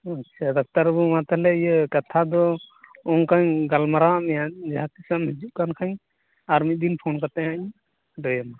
ᱟᱪᱪᱷᱟ ᱰᱟᱠᱛᱟᱨ ᱵᱟ ᱵᱩ ᱢᱟ ᱛᱟᱦᱚᱞᱮ ᱤᱭᱟ ᱠᱟᱛᱷᱟᱫᱚ ᱚᱱᱠᱟᱧ ᱜᱟᱞᱢᱟᱨᱟᱣᱟᱫ ᱢᱮᱭᱟ ᱡᱟᱦᱟᱸ ᱛᱤᱥᱮᱢ ᱦᱤᱡᱩᱜ ᱠᱟᱱ ᱠᱷᱟᱱ ᱟᱨ ᱢᱤᱫ ᱫᱤᱱ ᱯᱷᱳᱱ ᱠᱟᱛᱮ ᱦᱟᱜ ᱤᱧ ᱞᱟ ᱭᱟᱢᱟ